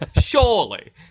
Surely